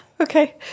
Okay